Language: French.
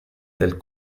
tel